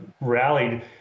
rallied